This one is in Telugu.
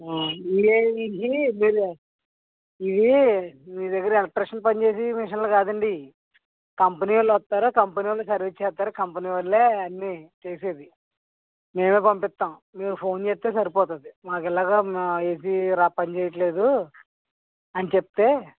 ఈ రోజు నుంచి మీరు ఇది మీ దగ్గర ఎలెక్ట్రిషన్ పనిచేసే మిషన్ కాదండి కంపెనీ వాళ్ళొస్తారు కంపెనీ వాళ్ళు సర్వీస్ చేస్తారు కంపెనీ వాళ్ళే అన్ని చేసేది మేమే పంపిస్తాము మీరు ఫోన్ చేస్తే సరిపోతుంది మాకు ఇలాగా మా ఇది పని చెయ్యట్లేదు అని చెప్తే